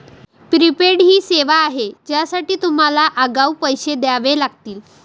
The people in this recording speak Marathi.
प्रीपेड ही सेवा आहे ज्यासाठी तुम्हाला आगाऊ पैसे द्यावे लागतील